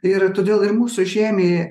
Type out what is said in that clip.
ir todėl ir mūsų žemėje